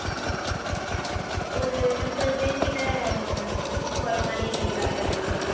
ஒரு முப்பது பேர்கிட்டே போகிற மாதிரி பிளான் பண்ணியிருக்கோம்